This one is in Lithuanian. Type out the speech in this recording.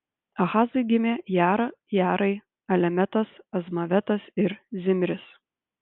ahazui gimė jara jarai alemetas azmavetas ir zimris